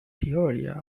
peoria